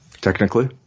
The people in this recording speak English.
Technically